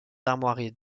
armoiries